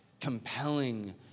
compelling